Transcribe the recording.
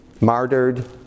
martyred